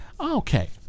Okay